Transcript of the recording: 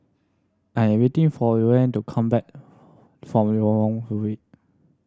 I am waiting for Lorine to come back from